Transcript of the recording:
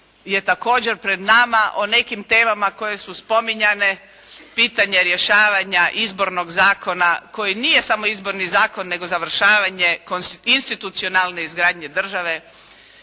je također pred nama, o nekim temama koje su spominjane, pitanje rješavanja izbornog zakona, koji nije samo izborni zakon, nego završavanje institucionalne izgradnje države,